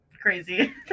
crazy